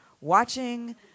watching